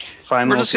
final